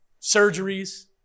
Surgeries